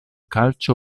calcio